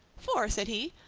for, said he,